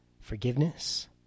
forgiveness